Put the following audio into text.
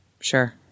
Sure